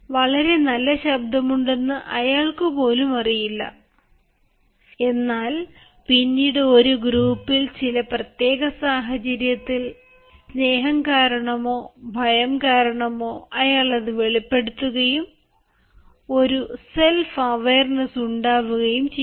വളരെ നല്ല ശബ്ദമുണ്ടെന്ന് അയാൾക്കു പോലുമറിയില്ല എന്നാൽ പിന്നീട് ഒരു ഗ്രൂപ്പിൽ ചില പ്രത്യേക സാഹചര്യത്തിൽ സ്നേഹം കാരണമോ ഭയം കാരണമോ അയാൾ അത് വെളിപ്പെടുത്തുകയും ഒരു സെല്ഫ് അവേർനെസ് ഉണ്ടാവുകയും ചെയ്യുന്നു